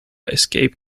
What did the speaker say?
escape